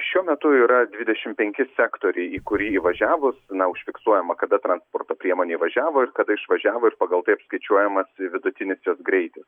šiuo metu yra dvidešimt penki sektoriai į kurį įvažiavus na užfiksuojama kada transporto priemonė įvažiavo ir kada išvažiavo ir pagal tai apskaičiuojamas vidutinis jos greitis